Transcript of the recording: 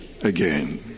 again